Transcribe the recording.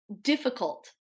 difficult